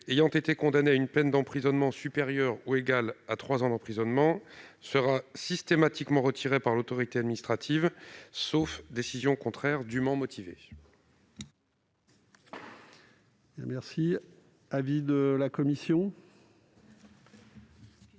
ayant été condamné à une peine d'emprisonnement supérieure ou égale à trois ans sera systématiquement retiré par l'autorité administrative, sauf décision contraire dûment motivée.